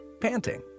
panting